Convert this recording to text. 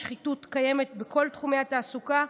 שחיתות קיימת בכל תחומי התעסוקה,